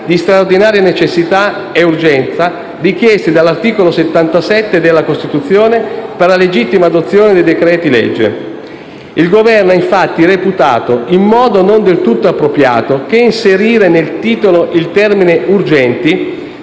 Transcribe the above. di straordinaria necessità e urgenza, richiesti dall'articolo 77 della Costituzione per la legittima adozione dei decreti-legge. Il Governo ha infatti reputato, in modo non del tutto appropriato, che inserire nel titolo il termine «urgenti»